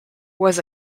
was